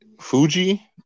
Fuji